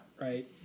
right